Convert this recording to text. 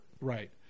Right